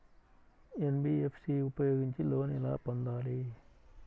NBFC ఉపయోగించి loan ఎలా పొందాలి?